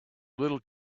little